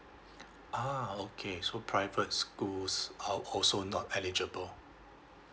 ah okay so private schools are also not eligible